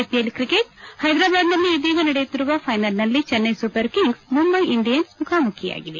IPL cricket ಹೈದರಾಬಾದ್ನಲ್ಲಿ ಈದೀಗ ನಡೆಯುತ್ತಿರುವ ಫೈನಲ್ನಲ್ಲಿ Chennai Super Kings Mumbai Indians ಮುಖಾಮುಖಿಯಾಗಿದೆ